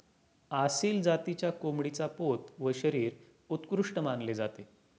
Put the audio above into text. आसिल जातीच्या कोंबडीचा पोत व शरीर उत्कृष्ट मानले जाते